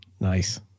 Nice